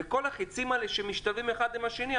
וכל החיצים האלה שמשתווים אחד עם השני,